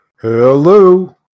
Hello